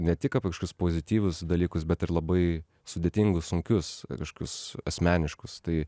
ne tik apie kažkokius pozityvius dalykus bet ir labai sudėtingus sunkius kažkokius asmeniškus tai